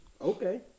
Okay